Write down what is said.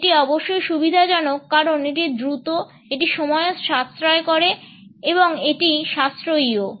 এটি অবশ্যই সুবিধাজনক কারণ এটি দ্রুত এটি সময়ও সাশ্রয় করে এবং এটি সাশ্রয়ীও